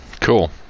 cool